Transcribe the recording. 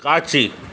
காட்சி